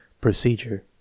Procedure